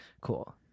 cool